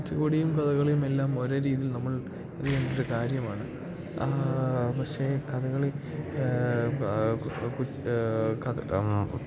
കുച്ചിപ്പുടിയും കഥകളിയും എല്ലാം ഒരേ രീതിയിൽ നമ്മൾ അറിയേണ്ട ഒരു കാര്യമാണ് പക്ഷേ കഥകളി